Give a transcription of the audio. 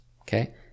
Okay